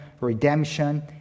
redemption